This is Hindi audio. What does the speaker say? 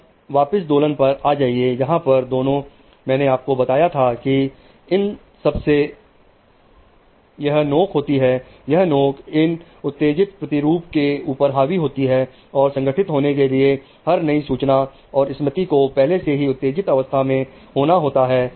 अब वापिस दोलन पर आ जाइए जहां पर मैंने आपको बताया था की इन सबसे पर यह नोके होती है यह नोके इन उत्तेजित प्रतिरूप के ऊपर हावी होती हैं और संगठित होने के लिए हर नई सूचना और स्मृति को पहले से ही उत्तेजित अवस्था में होना होता है